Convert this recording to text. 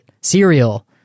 cereal